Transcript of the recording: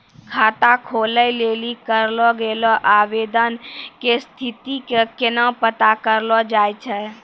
खाता खोलै लेली करलो गेलो आवेदन के स्थिति के केना पता करलो जाय छै?